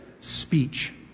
speech